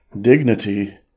dignity